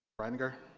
reitinger?